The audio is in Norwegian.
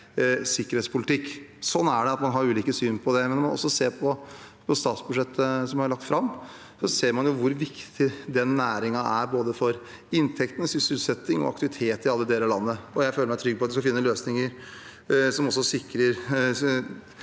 sikkerhetspolitikk. Sånn er det, man har ulike syn på det. Om man ser på statsbudsjettet som er lagt fram, ser man hvor viktig denne næringen er for både inntekt, sysselsetting og aktivitet i alle deler av landet. Jeg føler meg trygg på at vi skal finne løsninger som også sikrer